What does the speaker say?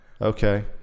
Okay